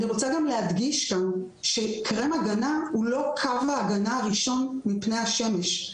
אני רוצה גם להדגיש שקרם ההגנה הוא לא קו ההגנה הראשון מפני השמש,